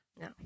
No